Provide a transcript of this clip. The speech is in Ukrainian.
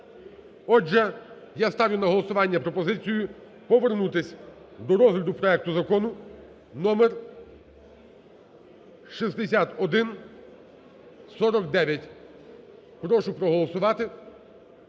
Отже, я ставлю на голосування пропозицію: повернутись до розгляду проекту Закону номер 6149. Прошу проголосувати